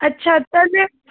ଆଚ୍ଛା ତା'ହେଲେ